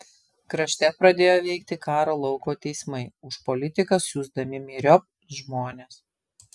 krašte pradėjo veikti karo lauko teismai už politiką siųsdami myriop žmones